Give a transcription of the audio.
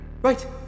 Right